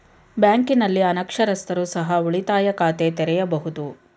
ಬ್ಯಾಂಕಿನಲ್ಲಿ ಅನಕ್ಷರಸ್ಥರು ಸಹ ಉಳಿತಾಯ ಖಾತೆ ತೆರೆಯಬಹುದು?